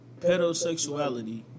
pedosexuality